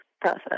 process